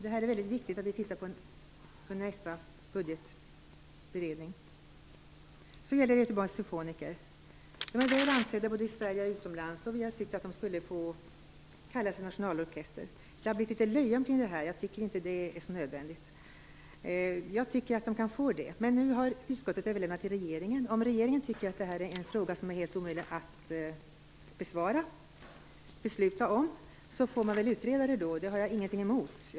Det är mycket viktigt att titta närmare på detta under nästa budgetberedning. Göteborgs symfoniorkester är en orkester som är väl ansedd både i Sverige och utomlands, och vi har tyckt att den skulle få kalla sig nationalorkester. Det har uppstått ett löje omkring detta, något som jag inte menar är bra. Jag tycker att den kan få den här benämningen. Utskottet har nu överlämnat frågan till regeringen. Om regeringen tycker att det är omöjligt att fatta beslut i frågan, har jag ingenting emot att den utreds.